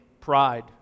pride